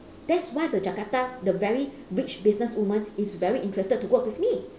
that's why the jakarta the very rich business women is very interested to work with me